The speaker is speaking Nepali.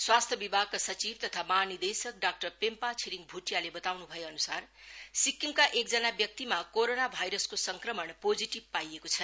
स्वास्थ्य विभागका सचिव तथा महा निर्देशक डाक्टर पेम्पा छिरिङ भुटियाले बताउनु भए अनुसार सिक्किमका एकजना व्यक्तिमा कोरोना भाइरसको संक्रमण पोजिटिभ पाइएको छ